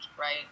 right